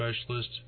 Specialist